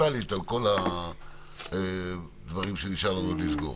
טוטלית על כל הדברים שנשאר לנו עוד לסגור.